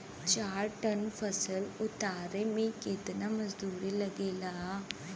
चार टन फसल उतारे में कितना मजदूरी लागेला?